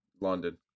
London